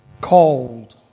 Called